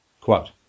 Quote